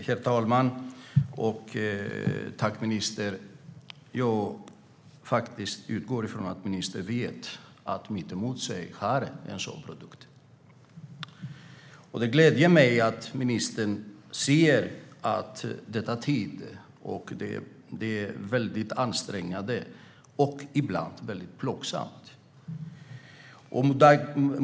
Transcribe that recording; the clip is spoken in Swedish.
Herr talman! Tack, ministern! Jag utgår ifrån att ministern vet att hon mitt emot sig har en sådan produkt. Det gläder mig att ministern ser att det tar tid, är väldigt ansträngande och ibland väldigt plågsamt.